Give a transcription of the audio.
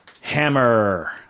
hammer